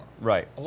right